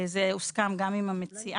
זה הוסכם גם עם המציעה.